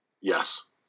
Yes